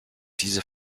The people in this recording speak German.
diese